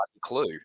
clue